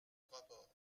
rapport